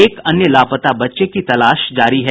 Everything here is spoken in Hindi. एक अन्य लापता बच्चे की तलाश जारी है